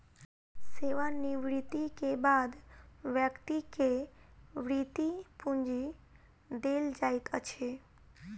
सेवा निवृति के बाद व्यक्ति के वृति पूंजी देल जाइत अछि